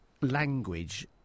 language